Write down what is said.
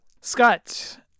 Scott